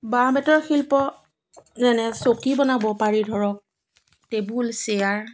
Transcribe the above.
বাঁহ বেতৰ শিল্প যেনে চকী বনাব পাৰি ধৰক টেবুল চেয়াৰ